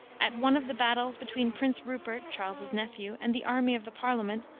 at one of the battles between prince rupert, charles's nephew, and the army of the parliament,